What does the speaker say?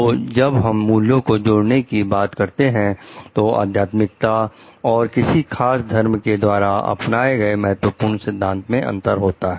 तो जब हम मूल्यों के जोड़ने की बात करते हैं तो अध्यात्मिकता और किसी खास धर्म के द्वारा अपनाए गए महत्वपूर्ण सिद्धांत में अंतर है